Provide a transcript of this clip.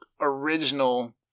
original